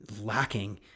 lacking